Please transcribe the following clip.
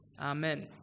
amen